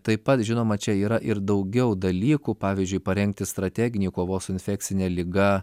taip pat žinoma čia yra ir daugiau dalykų pavyzdžiui parengti strateginį kovos su infekcine liga